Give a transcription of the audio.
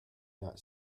not